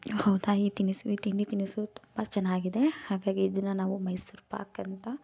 ಓ ತಾಯಿ ಈ ತಿನಿಸು ಈ ತಿಂಡಿ ತಿನಿಸು ತುಂಬ ಚೆನ್ನಾಗಿದೆ ಹಾಗಾಗಿ ಇದನ್ನು ನಾವು ಮೈಸೂರು ಪಾಕ್ ಅಂತ